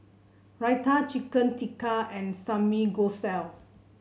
Raita Chicken Tikka and Samgyeopsal